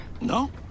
No